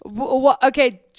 Okay